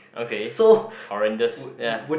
okay horrendous ya